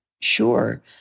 Sure